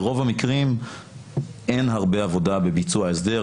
ברוב המקרים אין הרבה עבודה בביצוע ההסדר.